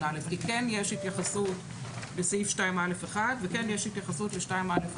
(א) כי כן יש התייחסות בסעיף 2(א)(1) וכן יש התייחסות ל-2(א)(4).